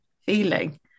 feeling